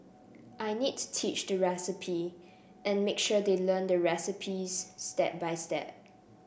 I need to teach the recipe and make sure they learn the recipes step by step